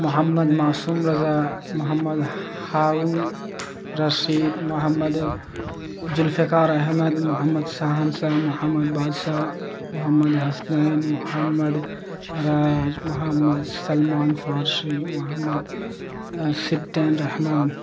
محمد معصوم رضا محمد حارون رشد محمد جلفقار احمد محمد سہنسہ محمد بادسہ محمد حسنین محمد راج محمد سلمان فارشی محمد صبطین رحمن